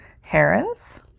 herons